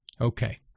Okay